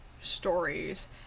stories